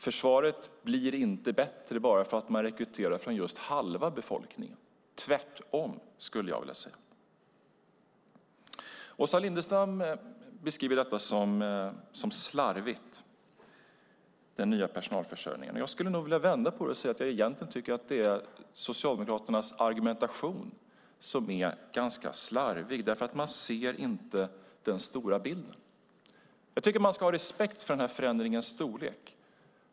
Försvaret blir inte bättre för att man rekryterar från halva befolkningen - tvärtom, skulle jag vilja säga. Åsa Lindestam beskriver detta med den nya personalförsörjningen som slarvigt. Jag skulle nog vilja vända på det och säga att jag tycker att det är Socialdemokraternas argumentation som är ganska slarvig. Man ser nämligen inte den stora bilden. Jag tycker att man ska ha respekt för denna förändrings storlek.